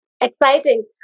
Exciting